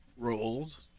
roles